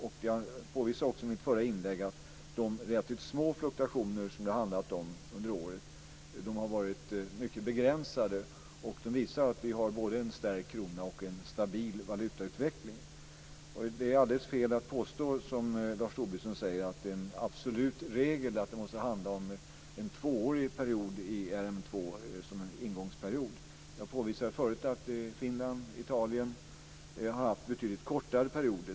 Jag påvisade i mitt förra inlägg att de relativt små fluktuationer som det handlat om under året har varit mycket begränsade. De visar att vi har både en stärkt krona och en stabil valutautveckling. Det är alldeles fel att påstå som Lars Tobisson gör att det är en absolut regel att det måste handla om en tvåårig period i ERM2 som en ingångsperiod. Jag påvisade förut att Finland och Italien har haft betydligt kortare perioder.